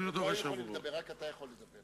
הם לא היו יכולים לדבר, רק אתה יכול לדבר.